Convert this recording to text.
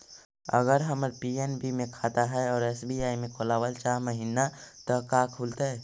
अगर हमर पी.एन.बी मे खाता है और एस.बी.आई में खोलाबल चाह महिना त का खुलतै?